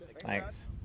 Thanks